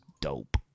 dope